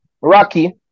rocky